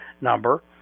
number